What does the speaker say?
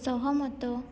ସହମତ